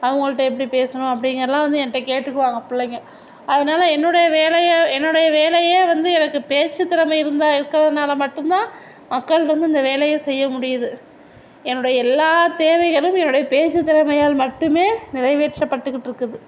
அவங்கள்ட்ட எப்படி பேசுணும் அப்படிங்குறல்லாம் வந்து என்கிட்ட கேட்டுக்குவாங்க பிள்ளைங்க அதனால் என்னோட வேலையை என்னோடைய வேலையே வந்து என்னக்கு பேச்சு திறம இருந்தா இருக்கிறதுனால மட்டும்தான் மக்கள்கிட்ட வந்து இந்த வேலையை செய்ய முடியிது என்னுடைய எல்லா தேவைகளும் என்னுடைய பேச்சு திறமையால் மட்டுமே நிறைவேற்ற பட்டுக்கிட்டு இருக்குது